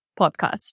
podcast